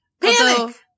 Panic